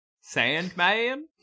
Sandman